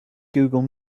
google